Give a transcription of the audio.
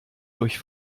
durch